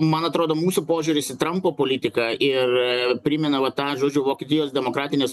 man atrodo mūsų požiūris į trampo politiką ir primena va tą žodžiu vokietijos demokratinės